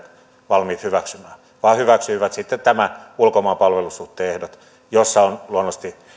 valmiit hyväksymään vaan hyväksyivät sitten nämä ulkomaan palvelussuhteen ehdot joissa on luonnollisesti